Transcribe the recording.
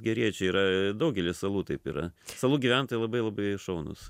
geriečiai yra daugelyje salų taip yra salų gyventojai labai labai šaunūs